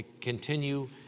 continue